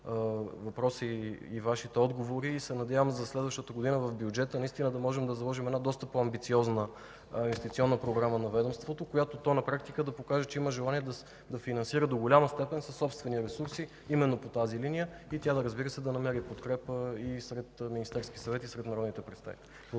въпрос и Вашите отговори. Надявам се за следващата година в бюджета наистина да можем да заложим една доста по-амбициозна инвестиционна програма на ведомството, с която то на практика да покаже, че има желание да се финансира до голяма степен със собствени ресурси, именно по тази линия и, разбира се, тя да намери подкрепа и сред Министерския съвет, и сред народните представители.